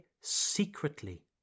secretly